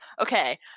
okay